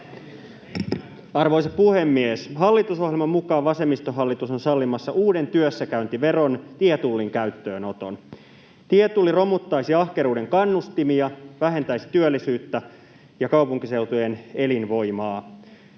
Arvoisa puhemies! Hallitusohjelman mukaan vasemmistohallitus on sallimassa uuden työssäkäyntiveron, tietullin, käyttöönoton. Tietulli romuttaisi ahkeruuden kannustimia ja vähentäisi työllisyyttä ja kaupunkiseutujen elinvoimaa.